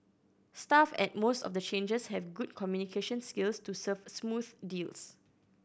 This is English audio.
staff at most of the changers have good communication skills to serve smooth deals